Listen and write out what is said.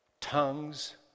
tongues